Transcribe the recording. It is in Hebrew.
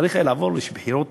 צריך היה לעבור לבחירות